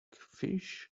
fish